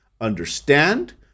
understand